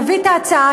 נביא את ההצעה,